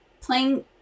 playing